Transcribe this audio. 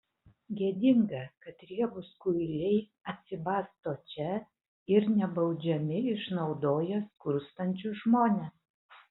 gėdinga kad riebūs kuiliai atsibasto čia ir nebaudžiami išnaudoja skurstančius žmones